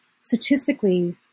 statistically